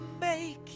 make